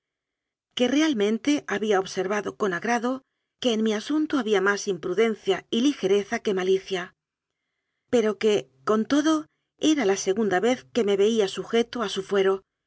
que realmente había ob servado con agrado que en mi asunto había más imprudencia y ligereza que malicia pero que con todo era la segunda vez que me veía sujeto a su fuero